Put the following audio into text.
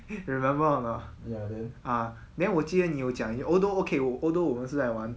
remember or not ah then 我记得你有讲一 although okay although 我们是在玩